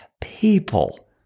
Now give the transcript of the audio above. people